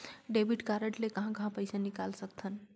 Debit card ले कहां कहां पइसा निकाल सकथन?